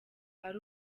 ari